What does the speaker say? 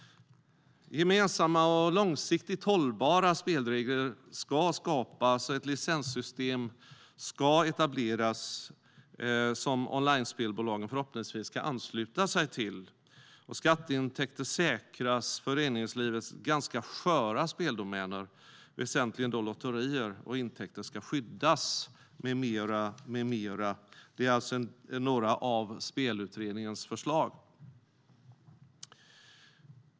Gemensamma och långsiktigt hållbara spelregler ska skapas. Ett licenssystem ska etableras, som onlinespelbolagen förhoppningsvis ska ansluta sig till. Skatteintäkter ska säkras och föreningslivets ganska sköra speldomäner, väsentligen lotterier, och intäkter ska skyddas, med mera. Detta är några av Spelutredningens förslag.